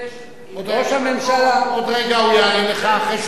איפה יש מקום לחרדים?